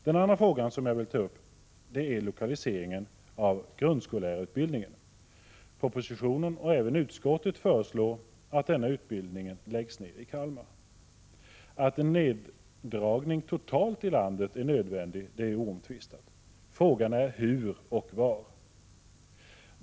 Den andra frågan som jag vill ta upp gäller lokaliseringen av grundskollärarutbildningen. I propositionen och även i utskottets betänkande föreslås att denna utbildning i Kalmar läggs ned. Att en neddragning behövs i landet totalt är oomtvistat. Frågan är hur och var den skall ske.